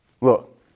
Look